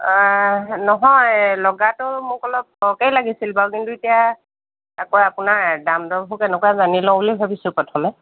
নহয় লগাটো মোক অলপ সৰহকৈয়ে লাগিছিল বাৰু কিন্তু এতিয়া আকৌ আপোনাৰ এতিয়া দাম দৰবোৰ জানি লওঁ বুলি ভাবিছোঁ প্ৰথমে